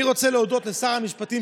אני רוצה להודות לשר המשפטים,